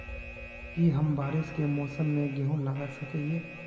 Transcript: की हम बारिश के मौसम में गेंहू लगा सके हिए?